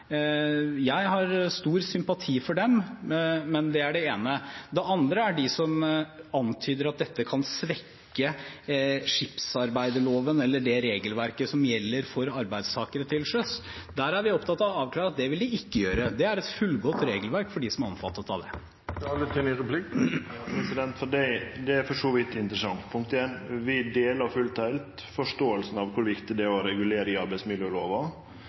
jeg har stor sympati for dem. Det er det ene, og det andre er de som antyder at dette kan svekke skipsarbeidsloven eller det regelverket som gjelder for arbeidstakere til sjøs. Der er vi opptatt av å avklare at det vil det ikke gjøre. Det er et fullgodt regelverk for dem som er omfattet av det. Det er for så vidt interessant. Punkt én: Vi deler fullt og heilt forståinga av kor viktig det er å regulere i arbeidsmiljølova.